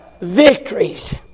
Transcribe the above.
victories